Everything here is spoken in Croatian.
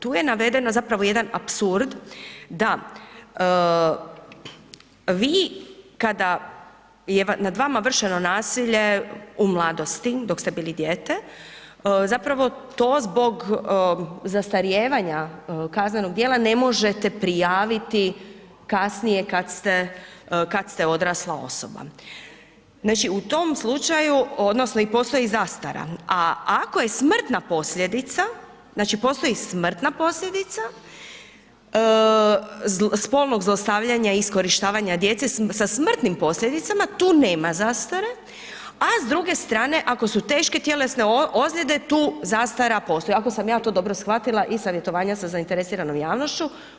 Tu ne naveden jedan apsurd da vi kada je nad vama vršeno nasilje u mladosti, dok ste bili dijete, zapravo to zbog zastarijevanja kaznenog djela ne možete prijaviti kasnije kada ste odrasla osoba odnosno postoji i zastara, a ako je smrtna posljedica, znači postoji smrtna posljedica spolnog zlostavljanja i iskorištavanja djece sa smrtnim posljedicama tu nema zastare, a s druge strane ako su teške tjelesne ozljede tu zastara postoji, ako sam ja to dobro shvatila iz savjetovanja sa zainteresiranom javnošću.